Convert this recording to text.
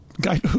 Guy